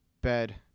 bed